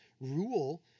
rule